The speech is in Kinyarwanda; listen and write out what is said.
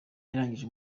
yarangije